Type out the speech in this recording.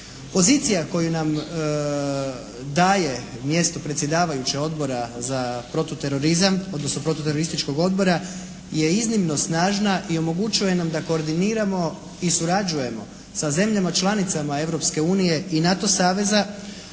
Pozicija koju nam daje mjesto predsjedavajućeg odbora za protuterorizam, odnosno protuterorističkog odbora je iznimno snažna i omogućuje nam da koordiniramo i surađujemo sa zemljama članicama Europske